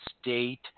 state